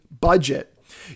budget